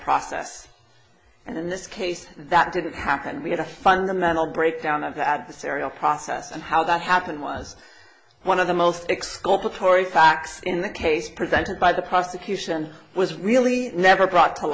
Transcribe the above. process and in this case that didn't happen we had a fundamental breakdown of the adversarial process and how that happened was one of the most explosive tory facts in the case presented by the prosecution was really never brought to